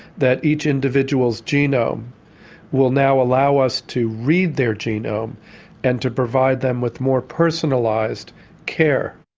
that each individual's genome will now allow us to read their genome and to provide them with more personalised care.